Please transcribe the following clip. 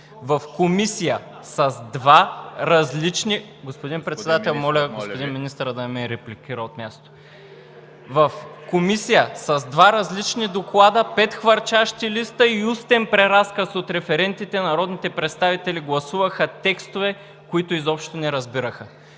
В Комисията – с два различни доклада, пет хвърчащи листа и устен преразказ от референтите, народните представители гласуваха текстове, които изобщо не разбираха.